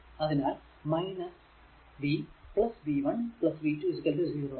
അതിനാൽ v v 1 v 2 0 ആണ്